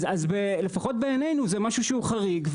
אז לפחות בעינינו זה משהו שהוא חריג,